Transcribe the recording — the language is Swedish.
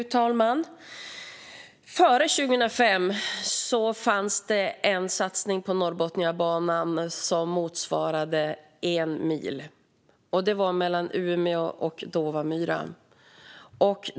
Fru talman! Före 2005 fanns det en satsning på Norrbotniabanan som motsvarade en mil, och det var mellan Umeå och Dåvamyran.